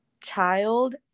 child